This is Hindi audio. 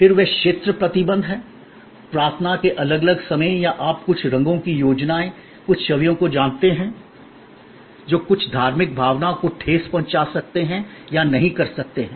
फिर वे क्षेत्र प्रतिबंध हैं प्रार्थना के अलग अलग समय या आप कुछ रंगों की योजनाओं कुछ छवियों को जानते हैं जो कुछ धार्मिक भावनाओं को ठेस पहुंचा सकते हैं या नहीं कर सकते हैं